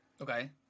Okay